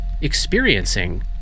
experiencing